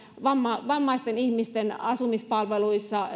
vammaisten ihmisten asumispalveluissa